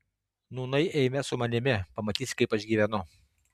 nūnai eime su manimi pamatysi kaip aš gyvenu